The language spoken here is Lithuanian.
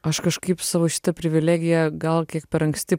aš kažkaip savo šitą privilegiją gal kiek per anksti